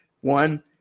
One